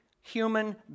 human